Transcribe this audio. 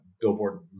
Billboard